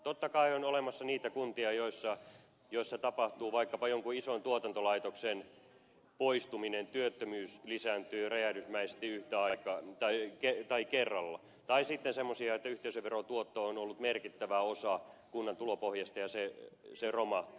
totta kai on olemassa niitä kuntia joissa tapahtuu vaikkapa jonkun ison tuotantolaitoksen poistuminen joissa työttömyys lisääntyy räjähdysmäisesti kerralla tai sitten on semmoisia kuntia joissa yhteisöveron tuotto on ollut merkittävä osa kunnan tulopohjasta ja se romahtaa